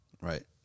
right